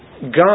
God